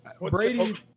Brady